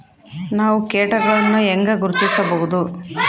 ನಾವು ಕೇಟಗಳನ್ನು ಹೆಂಗ ಗುರ್ತಿಸಬಹುದು?